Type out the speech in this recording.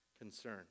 concern